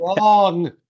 wrong